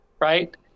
Right